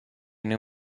new